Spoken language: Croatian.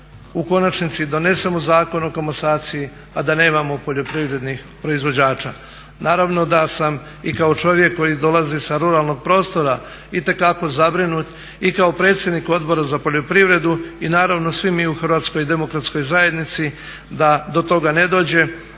u konačnici donesemo Zakon o komasaciji a da nemamo poljoprivrednih proizvođača. Naravno da sam i kao čovjek koji dolazi sa ruralnog prostora itekako zabrinut i kao predsjednik Odbora za poljoprivredu i naravno svi mi u Hrvatskoj demokratskoj zajednici da do toga ne dođe